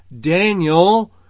Daniel